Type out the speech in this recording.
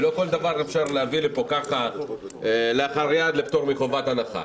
ולא כל דבר אפשר להביא לפה כלאחר יד לפטור מחובת הנחה.